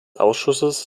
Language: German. ausschusses